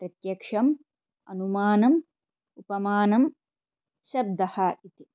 प्रत्यक्षम् अनुमानम् उपमानं शब्दः इति